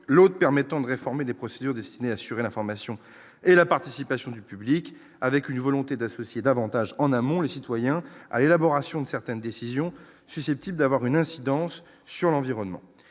l'autre permettant de réformer les procédures destinées à assurer l'information et la participation du public avec une volonté d'associer davantage en amont les citoyens à l'élaboration de certaines décisions susceptibles d'avoir une incidence sur l'environnement,